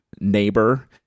neighbor